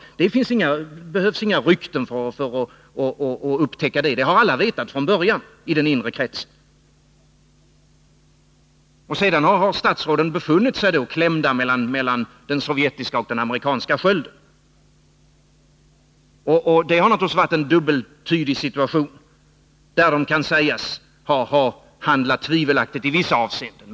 Det behövs inga rykten för att upptäcka detta — det har alla i den inre kretsen vetat från början, och sedan har statsråden varit klämda mellan den sovjetiska och den amerikanska skölden. Och det har naturligtvis varit en dubbeltydig situation, där man kan sägas ha handlat tvivelaktigt i vissa avseenden.